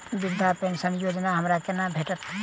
वृद्धा पेंशन योजना हमरा केना भेटत?